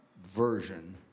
version